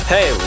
Hey